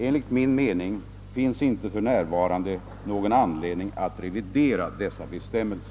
Enligt min mening finns för närvarande inte någon anledning att revidera dessa bestämmelser.